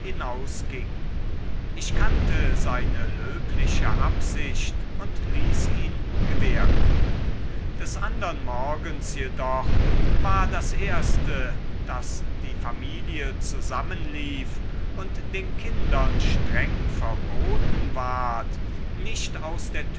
hinausging ich kannte seine löbliche absicht und ließ ihn gewähren des andern morgens jedoch war das erste daß die familie zusammenlief und den kindern streng verboten ward nicht aus der